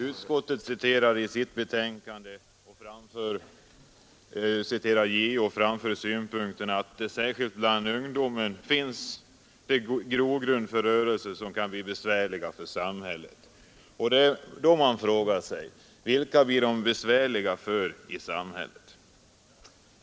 Utskottet citerar JO i sitt betänkande och framför synpunkten att det särskilt bland ungdomen finns grogrund för rörelser som kan bli besvärliga för samhället. Det är då man frågar sig: Vilka blir de besvärliga för i samhället?